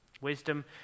Wisdom